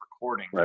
recording